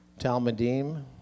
Talmudim